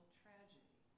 tragedy